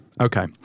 Okay